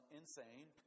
insane